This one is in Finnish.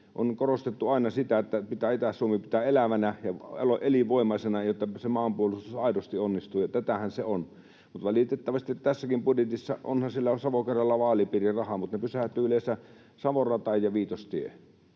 On korostettu aina sitä, että pitää Itä-Suomi pitää elävänä ja elinvoimaisena, jotta se maanpuolustus aidosti onnistuu, ja tätähän se on. Mutta valitettavasti tässäkin budjetissa... onhan siellä Savo-Karjala-vaalipiirirahaa, mutta ne pysähtyvät yleensä Savon rataan ja Viitostiehen.